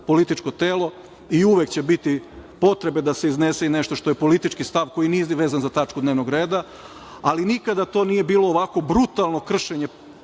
političko telo i uvek će biti potrebe da se iznese i nešto što je politički stav koji nije ni vezan za tačku dnevnog reda, ali nikada to nije bilo ovako brutalno kršenje